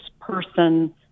person